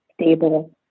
Stable